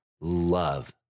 love